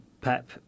Pep